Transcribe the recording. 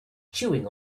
chewing